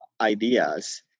ideas